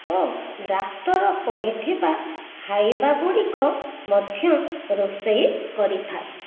ଓ doctor କହିଥିବା ଖାଇବା ଗୁଡ଼ିକ ମଧ୍ୟ ରୋଷେଇ କରିଥାଏ